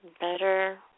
better